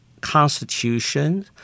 constitution